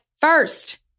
first